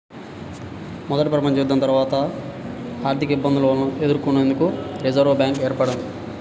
మొదటి ప్రపంచయుద్ధం తర్వాత ఆర్థికఇబ్బందులను ఎదుర్కొనేందుకు రిజర్వ్ బ్యాంక్ ఏర్పడ్డది